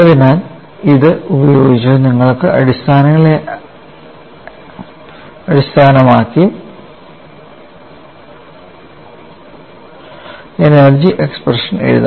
അതിനാൽ ഇത് ഉപയോഗിച്ച് നിങ്ങൾക്ക് അടിസ്ഥാനങ്ങളെ അടിസ്ഥാനമാക്കി എനർജി എക്സ്പ്രഷൻ എഴുതാം